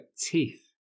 teeth